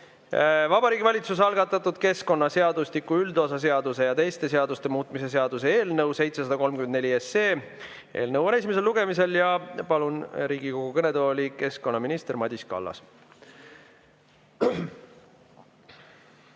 Vabariigi Valitsuse algatatud keskkonnaseadustiku üldosa seaduse ja teiste seaduste muutmise seaduse eelnõu 734. Eelnõu on esimesel lugemisel ja palun Riigikogu kõnetooli keskkonnaminister Madis Kallase.